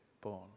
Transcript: born